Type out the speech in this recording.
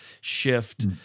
shift